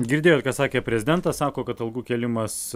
girdėjot ką sakė prezidentas sako kad algų kėlimas